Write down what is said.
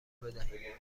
بدهیم